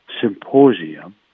symposium